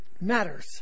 matters